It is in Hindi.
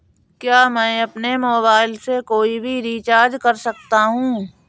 क्या मैं अपने मोबाइल से कोई भी रिचार्ज कर सकता हूँ?